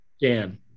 Dan